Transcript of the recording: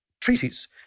treaties